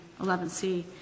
11C